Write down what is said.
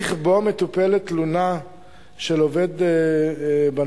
ההליך שבו מטופלת תלונה של עובד בנושא: